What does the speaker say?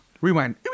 rewind